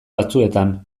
batzuetan